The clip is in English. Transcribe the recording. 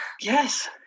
yes